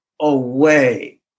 away